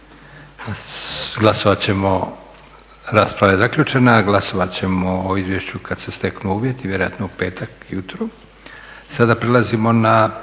rata. Rasprava je zaključena. Glasovat ćemo o izvješću kada se steknu uvjeti, vjerojatno u petak ujutro. **Leko,